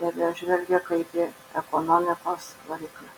tebežvelgia kaip į ekonomikos variklį